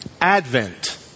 Advent